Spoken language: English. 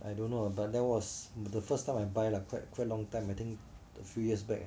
I don't know but there was the first time I buy lah quite quite long time I think a few years back